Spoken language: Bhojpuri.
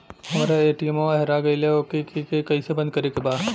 हमरा ए.टी.एम वा हेरा गइल ओ के के कैसे बंद करे के बा?